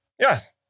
yes